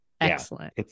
excellent